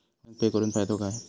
Online pay करुन फायदो काय?